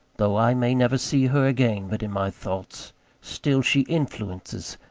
though i may never see her again, but in my thoughts still she influences,